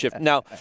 now